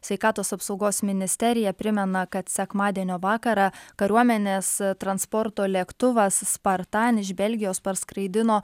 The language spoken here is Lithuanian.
sveikatos apsaugos ministerija primena kad sekmadienio vakarą kariuomenės transporto lėktuvas spartan iš belgijos parskraidino